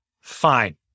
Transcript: Fine